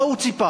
מה הוא ציפה?